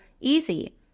easy